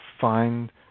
find